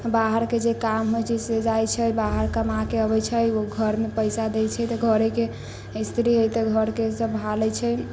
बाहर के जे काम होइ छै से जै छै बाहर कमा के अबै छै ओ घर मे पैसा दै छै तऽ घरे के स्त्री है तऽ घरे के संभालै छै